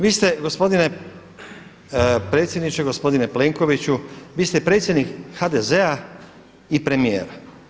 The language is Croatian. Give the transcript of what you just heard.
Vi ste gospodine predsjedniče, gospodine Plenkoviću vi ste predsjednik HDZ-a i premijer.